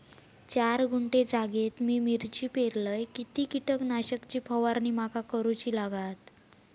चार गुंठे जागेत मी मिरची पेरलय किती कीटक नाशक ची फवारणी माका करूची लागात?